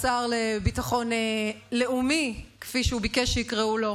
כפי שהוא ביקש שיקראו לו,